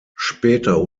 später